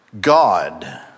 God